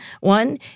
one